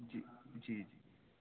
جی جی